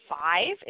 Five